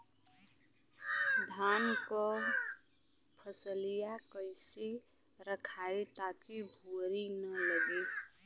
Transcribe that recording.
धान क फसलिया कईसे रखाई ताकि भुवरी न लगे?